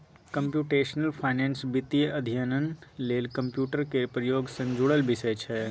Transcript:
computational finance वित्तीय अध्ययन लेल कंप्यूटर केर प्रयोग सँ जुड़ल विषय छै